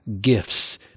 gifts